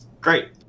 great